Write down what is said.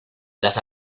las